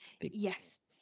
Yes